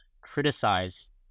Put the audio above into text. criticize